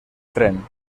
tren